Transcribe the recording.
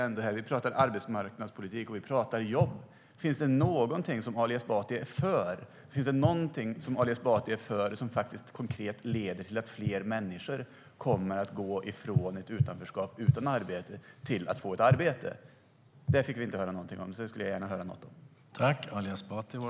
Vi pratar om arbetsmarknadspolitik och pratar om jobb. Finns det något som Ali Esbati är för? Finns det något som Ali Esbati är för och som konkret leder till att fler människor kommer att gå från ett utanförskap utan arbete till att få ett arbete? Det fick vi inte höra något om, så det skulle jag gärna höra något om.